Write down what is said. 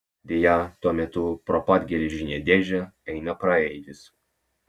deja tuo metu pro pat geležinę dėžę eina praeivis